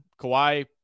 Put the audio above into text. Kawhi